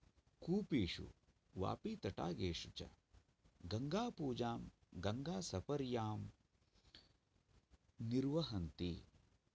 कूपेषु वापीतटागेषु च गङ्गापूजां गङ्गासपर्यां निर्वहन्ति